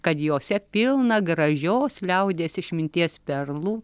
kad jose pilna gražios liaudies išminties perlų